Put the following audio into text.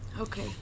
Okay